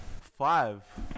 Five